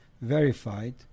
verified